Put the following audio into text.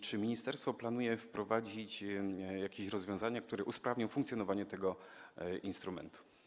Czy ministerstwo planuje wprowadzić jakieś rozwiązania, które usprawnią funkcjonowanie tego instrumentu?